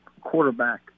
quarterback